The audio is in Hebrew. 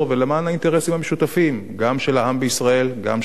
האינטרסים המשותפים גם של העם בישראל וגם של העם המצרי.